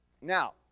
Now